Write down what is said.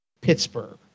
Pittsburgh